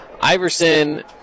Iverson